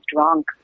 drunk